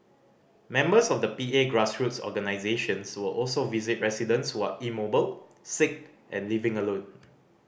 members of the P A grassroots organisations will also visit residents who are immobile sick and living alone